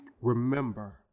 Remember